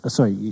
Sorry